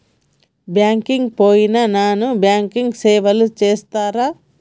Bank కి పోయిన non banking సేవలు చేస్తరా?